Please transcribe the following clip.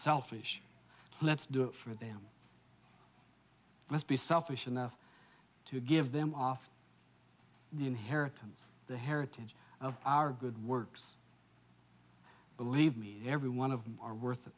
unselfish let's do it for them let's be selfish enough to give them off the inheritance the heritage of our good works believe me every one of them are worth